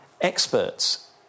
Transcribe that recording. experts